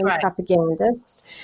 propagandist